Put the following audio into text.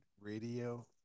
radio